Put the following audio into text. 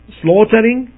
slaughtering